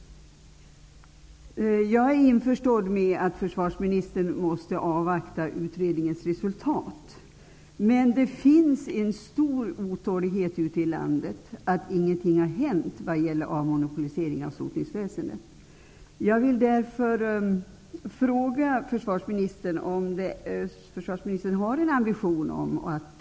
Jag är införstådd med att försvarsministern måste avvakta utredningens resultat, men det finns en stor otålighet ute i landet över att ingenting har hänt vad gäller avmonopoliseringen av sotningsväsendet.